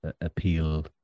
appeal